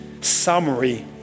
summary